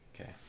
Okay